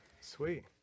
Sweet